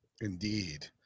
Indeed